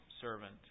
servant